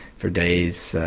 for days,